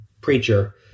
preacher